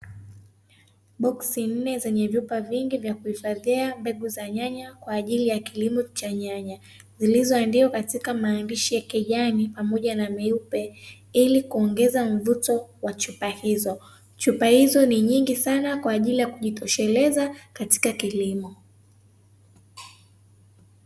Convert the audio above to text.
Boksi nne zenye vyupa vingi vya kuhifadhia mbegu za nyanya kwa ajili ya kilimo cha nyanya, zilizoandikwa katika maandishi ya kijani pamoja na meupe, ili kuongeza mvuto wa chupa hizo. chupa hizo ni nyingi sana, kwa ajili ya kujitosheleza katika kilimo.